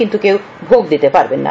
কিন্তু কেউ ভোগ দিতে পারবেন না